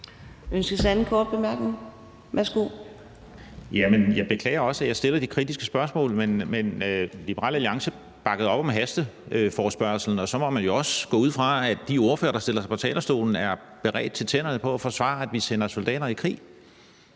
Friis Bach (RV): Jamen jeg beklager også, at jeg stiller de kritiske spørgsmål, men Liberal Alliance bakkede op om hastebehandlingen, og så må man jo også gå ud fra, at de ordførere, der stiller sig på talerstolen, er bevæbnet til tænderne i forhold til at forsvare, at vi sender soldater i krig.